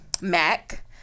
Mac